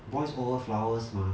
boys over flowers mah